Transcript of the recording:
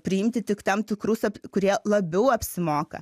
priimti tik tam tikrus kurie labiau apsimoka